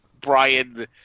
Brian